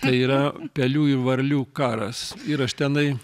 tai yra pelių ir varlių karas ir aš tenai